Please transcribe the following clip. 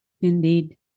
Indeed